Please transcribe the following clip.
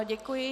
Děkuji.